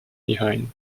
behind